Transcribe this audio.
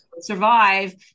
survive